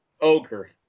Ogre